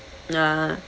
ah